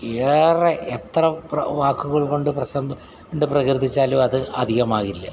ഏറെ എത്ര വാക്കുകൾ കൊണ്ട് കൊണ്ട് പ്രകീർത്തിച്ചാലും അത് അധികമാകില്ല